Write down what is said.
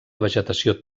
vegetació